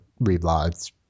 reblogs